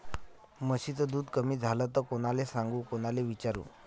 म्हशीचं दूध कमी झालं त कोनाले सांगू कोनाले विचारू?